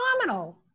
phenomenal